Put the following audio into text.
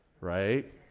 right